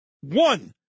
one